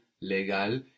legal